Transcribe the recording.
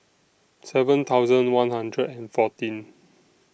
seven thousand one hundred and fourteen